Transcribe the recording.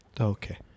Okay